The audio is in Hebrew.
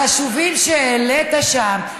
חשובים, העלית שם.